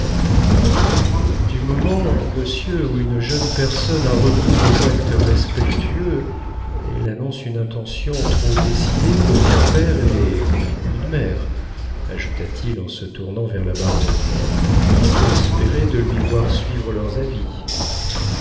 du moment monsieur où une jeune personne a recours aux actes respectueux elle annonce une intention trop décidée pour qu'un père et une mère ajouta-t-il en se tournant vers la baronne puissent espérer de lui voir suivre leurs avis